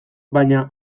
baina